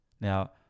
now